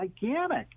gigantic